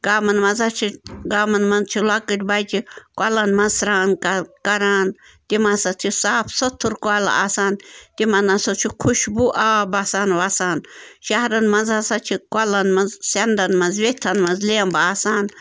گامَن مَنٛز ہہ چھِ گامَن مَنٛز چھِ لۄکٕٹۍ بَچہِ کۄلَن مَنٛز سرٛان کہ کَران تِم ہَسا چھِ صاف سُتھٕر کۄلہٕ آسان تِمَن ہَسا چھِ خُشبوٗ آب آسان وَسان شَہرَن مَنٛز ہَسا چھِ کۄلَن مَنٛز سٮ۪نٛدَن مَنٛز ویٚتھَن مَنٛز لیٚمب آسان